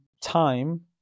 time